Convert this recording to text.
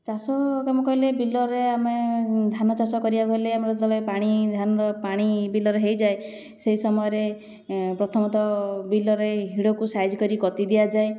ଚାଷକାମ କହିଲେ ବିଲରେ ଆମେ ଧାନ ଚାଷ କରିବାକୁ ହେଲେ ଆମର ଯେତେବେଳେ ପାଣି ଧାନର ପାଣି ବିଲରେ ହେଇଯାଏ ସେ ସମୟରେ ପ୍ରଥମତଃ ବିଲରେ ହିଡ଼କୁ ସାଇଜ କରି କତି ଦିଆଯାଏ